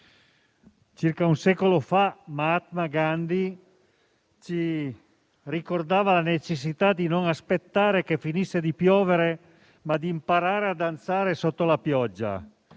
circa un secolo fa Mahatma Gandhi ci ricordava la necessità di non aspettare che finisse di piovere, ma di imparare a danzare sotto la pioggia.